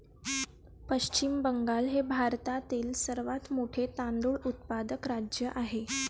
पश्चिम बंगाल हे भारतातील सर्वात मोठे तांदूळ उत्पादक राज्य आहे